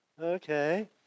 Okay